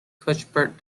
cuthbert